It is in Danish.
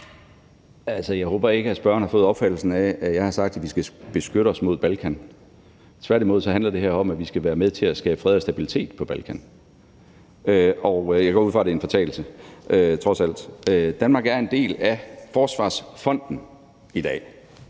jeg håber ikke, at spørgeren har fået opfattelsen af, at jeg har sagt, at vi skal beskytte os mod Balkan. Tværtimod handler det her om, at vi skal være med til at skabe fred og stabilitet på Balkan. Jeg går ud fra, at det er en fortalelse, trods alt. Danmark er en del af Forsvarsfonden i dag,